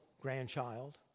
grandchild